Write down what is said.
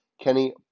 Kenny